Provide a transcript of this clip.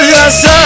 Yes